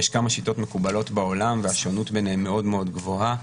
יש כמה שיטות מקובלות בעולם והשונות ביניהן היא מאוד מאוד גבוהה.